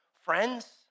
Friends